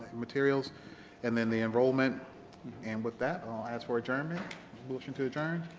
materials and then the enrollment and with that and i'll ask for adjournment motion to adjourn